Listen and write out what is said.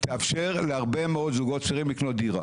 תאפשר להרבה מאוד זוגות צעירים לקנות דירה.